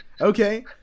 Okay